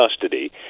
custody